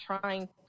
trying